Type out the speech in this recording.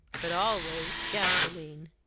but always gasolene.